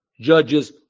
judges